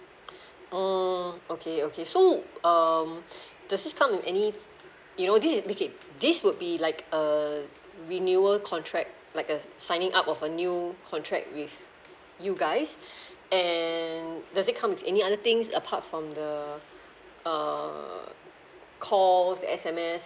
mm okay okay so um does it's come with any you know this is b~ okay this would be like err renewal contract like a signing up of a new contract with you guys and does it come with any other things apart from the uh calls the S_M_S